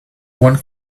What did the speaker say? one